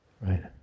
Right